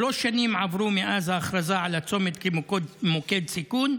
שלוש שנים עברו מאז ההכרזה על הצומת כמוקד סיכון,